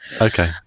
Okay